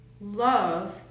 love